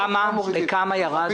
בכמה ירד?